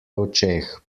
očeh